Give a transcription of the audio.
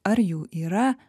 ar jų yra